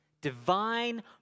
divine